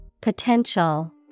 potential